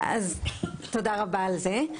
תודה רבה על זה.